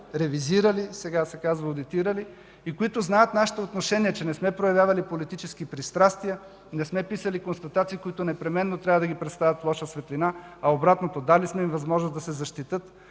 ревизирали – сега се казва одитирали, и които знаят нашето отношение, че не сме проявявали политически пристрастия, не сме писали констатации, които непременно трябва да ги представят в лоша светлина, а обратното, дали сме им възможност да се защитят.